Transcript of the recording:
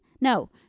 no